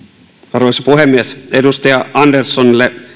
arvoisa puhemies edustaja anderssonille